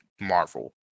marvel